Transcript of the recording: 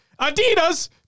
Adidas